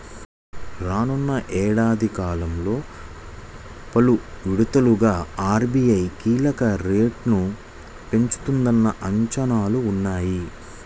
రానున్న ఏడాది కాలంలో పలు విడతలుగా ఆర్.బీ.ఐ కీలక రేట్లను పెంచుతుందన్న అంచనాలు ఉన్నాయి